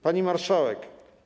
Pani Marszałek!